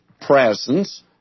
presence